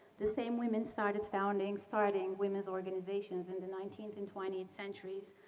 the same women started founding, starting women's organizations in the nineteenth and twentieth centuries.